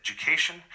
education